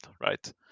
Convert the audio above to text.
right